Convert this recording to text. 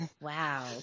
Wow